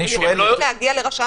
להסיר לחצי